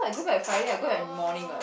oh